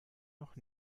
noch